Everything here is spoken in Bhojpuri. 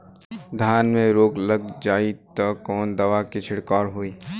धान में रोग लग जाईत कवन दवा क छिड़काव होई?